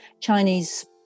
chinese